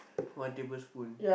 one tablespoon